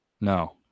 no